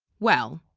well,